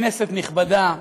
כנסת נכבדה,